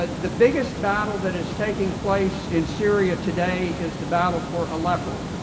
ah the biggest battle that is taking place in syria today is the battle for aleppo.